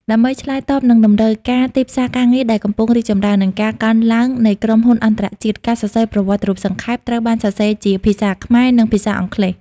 ដើម្បីឆ្លើយតបនឹងតម្រូវការទីផ្សារការងារដែលកំពុងរីកចម្រើន និងការកើនឡើងនៃក្រុមហ៊ុនអន្តរជាតិ ការសរសេរប្រវត្តិរូបសង្ខេប ត្រូវបានសរសេរជាភាសាខ្មែរ និងភាសាអង់គ្លេស។